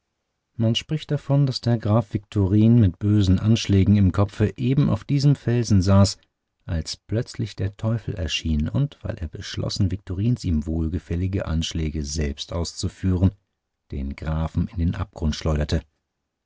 man spricht davon daß der graf viktorin mit bösen anschlägen im kopfe eben auf diesem felsen saß als plötzlich der teufel erschien und weil er beschlossen viktorins ihm wohlgefällige anschläge selbst auszuführen den grafen in den abgrund schleuderte